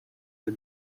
del